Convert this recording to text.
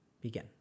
Begin